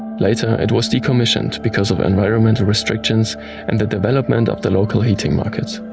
later, it was decommissioned because of environmental restrictions and the development of the local heating market.